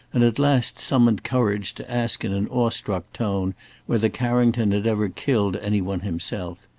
and at last summoned courage to ask in an awestruck tone whether carrington had ever killed any one himself.